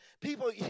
people